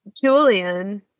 Julian